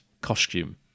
costume